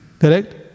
Correct